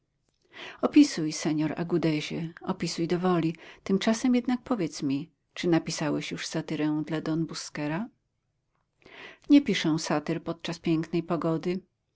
uwagę opisuj senor agudezie opisuj do woli tymczasem jednak powiedz mi czy napisałeś już satyrę dla don busquera nie piszę satyr podczas pięknej pogody